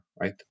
Right